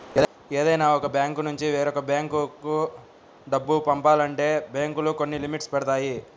ఏదైనా ఒక బ్యాంకునుంచి వేరొక బ్యేంకు డబ్బు పంపాలంటే బ్యేంకులు కొన్ని లిమిట్స్ పెడతాయి